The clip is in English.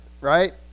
right